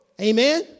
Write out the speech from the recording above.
Amen